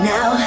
Now